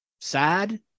sad